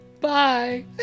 bye